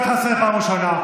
אני קורא אותך לסדר פעם ראשונה.